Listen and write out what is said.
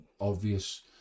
obvious